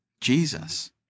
Jesus